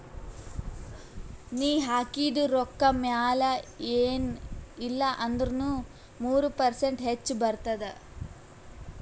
ನೀ ಹಾಕಿದು ರೊಕ್ಕಾ ಮ್ಯಾಲ ಎನ್ ಇಲ್ಲಾ ಅಂದುರ್ನು ಮೂರು ಪರ್ಸೆಂಟ್ರೆ ಹೆಚ್ ಬರ್ತುದ